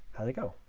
how did it go?